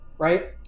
Right